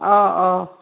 অঁ অঁ